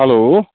hello